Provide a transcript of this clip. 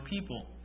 people